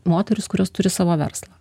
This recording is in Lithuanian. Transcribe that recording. moterys kurios turi savo verslą